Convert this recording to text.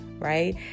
right